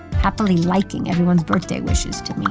happily liking everyone's birthday wishes to me